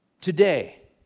Today